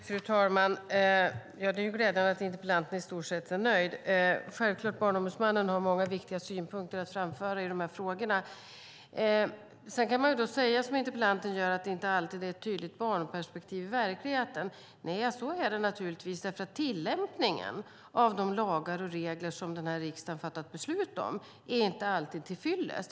Fru talman! Det är glädjande att interpellanten i stort sett är nöjd. Barnombudsmannen har självfallet många viktiga synpunkter att framföra i frågorna. Man kan säga som interpellanten - att det inte alltid är ett tydligt barnperspektiv i verkligheten. Så är det naturligtvis eftersom tillämpningen av de lagar och regler som den här riksdagen har fattat beslut om inte alltid är till fyllest.